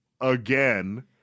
again